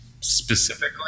specifically